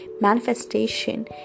manifestation